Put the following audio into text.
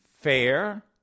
fair